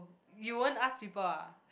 you won't ask people ah